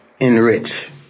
Enrich